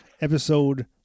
episode